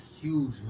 huge